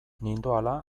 nindoala